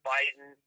Biden